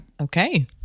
Okay